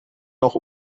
noch